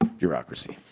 um bureaucracy.